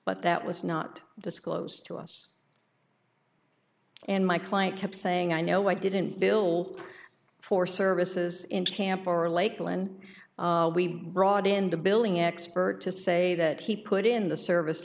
but that was not disclosed to us and my client kept saying i know i didn't bill for services in tampa or lakeland we brought in the billing expert to say that he put in the service